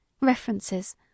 references